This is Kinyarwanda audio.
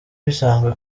bisanzwe